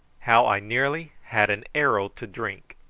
how i nearly had an arrow to drink.